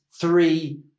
three